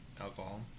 alcohol